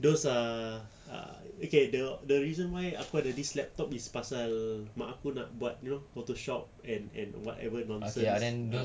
those ah ah okay the the reason why aku ada this laptop is pasal mak aku nak buat you know photoshop and and whatever nonsense ah